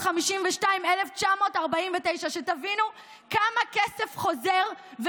352,949. שתבינו כמה כסף חוזר,